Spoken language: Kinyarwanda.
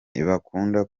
ntibakunda